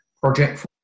project